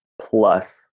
plus